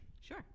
Sure